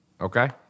Okay